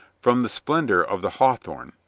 from the splendor of the hawthorn,